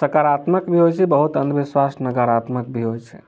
सकारात्मक भी होइ छै बहुत अन्धविश्वास नकारात्मक भी होइ छै